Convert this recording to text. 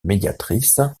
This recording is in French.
médiatrice